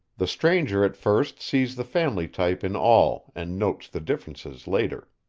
the stranger at first sees the family type in all and notes the differences later.